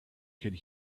could